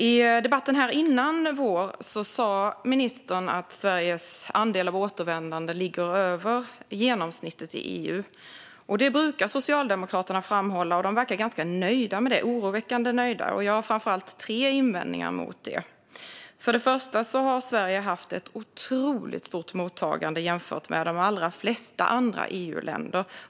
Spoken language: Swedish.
I debatten här före vår sa ministern att Sveriges andel av återvändande ligger över genomsnittet i EU. Det brukar Socialdemokraterna framhålla, och de verkar oroväckande nöjda med det. Jag har framför allt tre invändningar mot det. För det första: Sverige har haft ett otroligt stort mottagande jämfört med de allra flesta andra EU-länder.